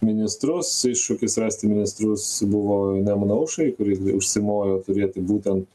ministrus iššūkis rasti ministrus buvo nemuno aušrai kuri užsimojo turėti būtent